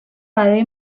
برای